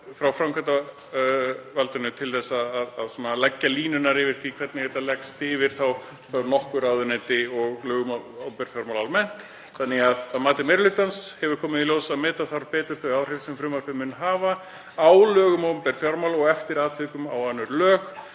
frá framkvæmdarvaldinu til þess að leggja línurnar um hvernig þetta leggst yfir nokkur ráðuneyti og lög um opinber fjármál almennt. Að mati meiri hlutans hefur komið í ljós að meta þarf betur þau áhrif sem frumvarpið mun hafa á lög um opinber fjármál og eftir atvikum á önnur lög